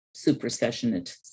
supersessionist